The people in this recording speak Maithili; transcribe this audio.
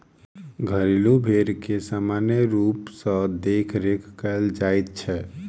घरेलू भेंड़ के सामान्य रूप सॅ देखरेख कयल जाइत छै